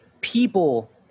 people